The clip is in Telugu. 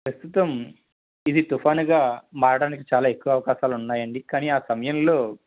ప్రస్తుతం ఇది తుఫాన్గా మారడానికి చాలా ఎక్కువ అవకాశాలు ఎక్కువగా ఉన్నాయండి కానీ ఆ సమయంలో